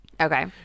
Okay